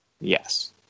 Yes